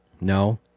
No